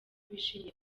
bishimiye